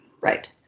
Right